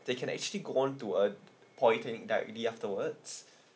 they can actually go on to uh pointing directly afterwards